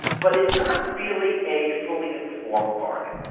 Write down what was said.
but it's not really a fully informed bargain,